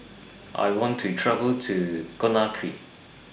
I want to travel to Conakry